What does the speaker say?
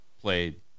played